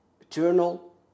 Eternal